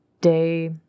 day